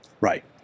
Right